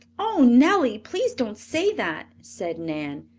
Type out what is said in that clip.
oh, nellie, please don't say that! said nan.